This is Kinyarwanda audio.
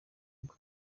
bwo